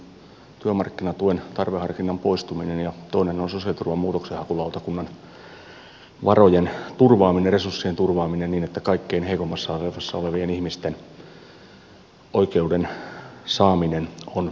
toinen on työmarkkinatuen tarveharkinnan poistuminen ja toinen on sosiaaliturvan muutoksenhakulautakunnan varojen turvaaminen resurssien turvaaminen niin että kaikkein heikoimmassa asemassa olevien ihmisten oikeuden saaminen on maassa mahdollista